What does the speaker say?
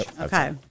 Okay